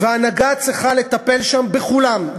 וההנהגה צריכה לטפל שם בכולם,